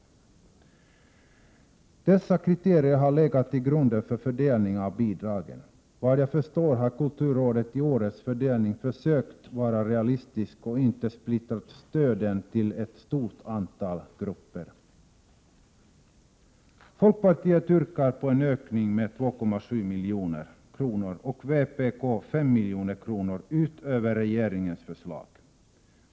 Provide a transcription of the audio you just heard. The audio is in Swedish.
Dessa kriterier har alltså legat till grund för fördelningen av bidragen. Såvitt jag förstår har kulturrådet vid årets fördelning försökt vara realistiskt och inte splittrat stöden till ett stort antal grupper. Folkpartiet yrkar på en ökning med 2,7 milj.kr. och vpk en ökning med 5 milj.kr. utöver regeringens förslag.